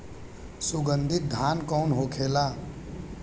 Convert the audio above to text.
सुगन्धित धान कौन होखेला?